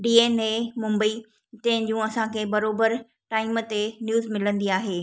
D N A Mumbai तेंजूं असांखे बराबरि टाईम ते न्यूज़ मिलंदी आहे